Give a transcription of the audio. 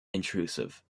intrusive